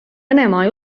venemaa